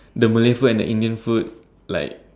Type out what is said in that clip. the Malay food and the Indian food like